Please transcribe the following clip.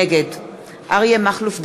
נגד אריה מכלוף דרעי,